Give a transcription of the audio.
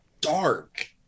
dark